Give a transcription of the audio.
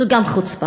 זאת גם חוצפה.